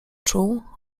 czuł